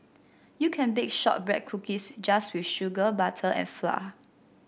you can bake shortbread cookies just with sugar butter and flour